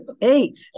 eight